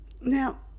Now